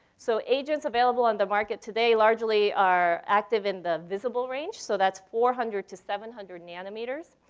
so, agents available on the market today largely are active in the visible range. so that's four hundred to seven hundred nanometers.